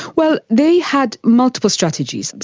well, they had multiple strategies.